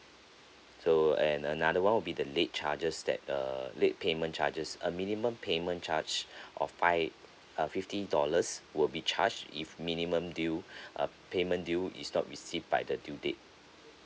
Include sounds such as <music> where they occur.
so and another one will be the late charges that err late payment charges a minimum payment charge <breath> of five uh fifty dollars would be charged if minimum due <breath> uh payment due is not received by the due date